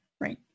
Right